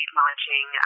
launching